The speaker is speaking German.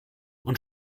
und